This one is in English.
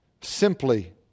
simply